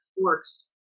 works